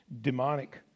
demonic